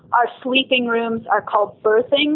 our sleeping rooms are called! berthings!